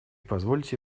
позвольте